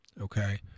Okay